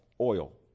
oil